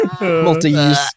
Multi-use